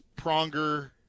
pronger